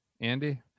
Andy